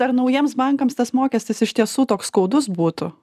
ar naujiems bankams tas mokestis iš tiesų toks skaudus būtų